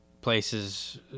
places